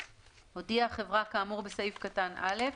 "(ב)הודיעה החברה כאמור בסעיף קטן (א),